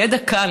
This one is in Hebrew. הידע כאן.